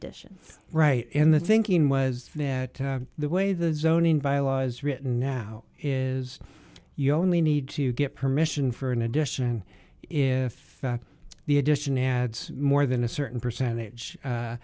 n right in the thinking was that the way the zoning by laws written now is you only need to get permission for an addition if the addition adds more than a certain percentage